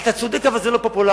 אתה צודק אבל זה לא פופולרי.